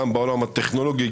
גם בעולם הטכנולוגי,